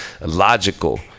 logical